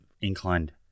inclined